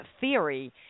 theory